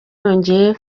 yongeye